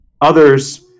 Others